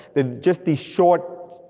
they're just these short,